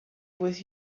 with